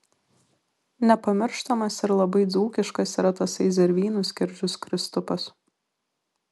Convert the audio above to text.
nepamirštamas ir labai dzūkiškas yra tasai zervynų skerdžius kristupas